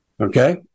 Okay